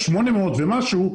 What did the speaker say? ה-800 ומשהו,